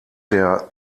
der